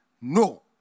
no